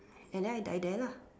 and then I die there lah